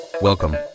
Welcome